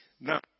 Now